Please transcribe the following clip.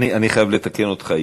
אני חייב לתקן אותך.